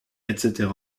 etc